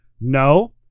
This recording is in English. No